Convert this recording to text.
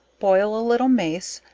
boil a little mace,